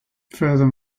further